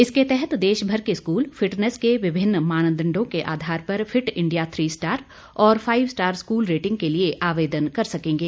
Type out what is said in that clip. इसके तहत देशभर के स्कूल फिटनेस के विभिन्न मानदंडों के आधार पर फिट इंडिया थ्री स्टार और फाइव स्टार स्कूल रेटिंग के लिए आवेदन कर सकेंगे